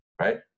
Right